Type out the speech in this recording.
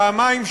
פעמיים,